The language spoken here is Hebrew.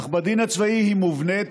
אך בדין הצבאי היא מובנית,